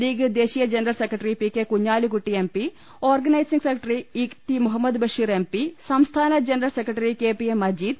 league ദേശീയ general secretary P K Kunhalikutty M P organising secretary E T Muhammad Basheer M P സംസ്ഥാന general secretary K P A Majeed